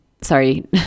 sorry